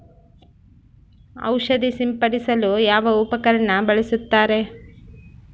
ಔಷಧಿ ಸಿಂಪಡಿಸಲು ಯಾವ ಉಪಕರಣ ಬಳಸುತ್ತಾರೆ?